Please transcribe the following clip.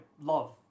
love